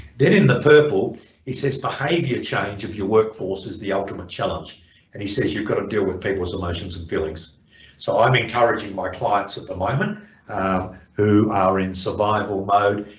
then in the purple he says behavior change of your workforce is the ultimate challenge and he says you've got to deal with people's emotions and feelings so i'm encouraging my clients at the moment who are in survival mode,